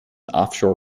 offshore